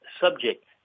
subject